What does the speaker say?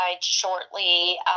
shortly